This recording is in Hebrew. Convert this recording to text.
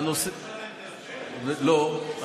לא,